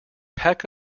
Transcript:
pack